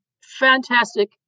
fantastic